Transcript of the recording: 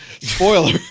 Spoiler